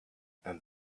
and